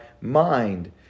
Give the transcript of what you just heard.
mind